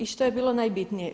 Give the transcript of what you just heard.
I što je bilo najbitnije?